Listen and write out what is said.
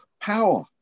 power